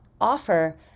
offer